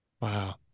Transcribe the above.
Wow